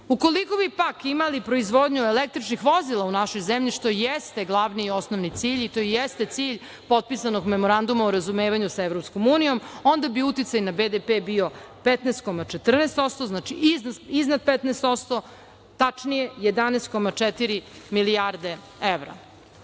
Ukoliko bi pak imali proizvodnju električnih vozila u našoj zemlji, što jeste glavni i osnovni cilj i to jeste cilj potpisanog Memoranduma o razumevanju sa EU, onda bi uticaj na BDP bio 15,15%, znači, iznos iznad 15%, tačnije 11,4 milijarde evra. Ali,